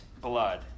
blood